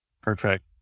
Perfect